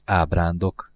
ábrándok